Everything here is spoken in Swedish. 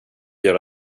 göra